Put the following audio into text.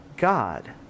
God